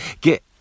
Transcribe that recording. Get